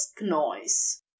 noise